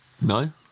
No